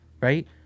right